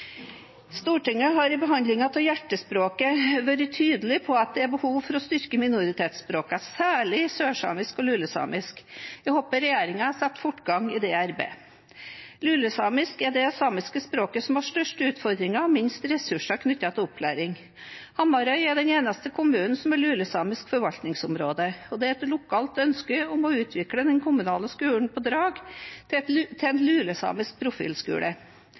Stortinget har i behandlingen av Hjertespråket vært tydelig på at det er behov for å styrke minoritetsspråkene, særlig sørsamisk og lulesamisk. Jeg håper regjeringen setter fortgang i det arbeidet. Lulesamisk er det samiske språket som har størst utfordringer og minst ressurser knyttet til opplæring. Hamarøy er den eneste kommunen som er lulesamisk forvaltningsområde. Det er et lokalt ønske om å utvikle den kommunale skolen på Drag til en lulesamisk profilskole. Det lulesamiske kjernemiljøet trenger et